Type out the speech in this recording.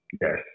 Yes